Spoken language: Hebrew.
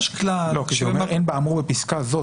זה אומר 'אין באמור בפסקה זו',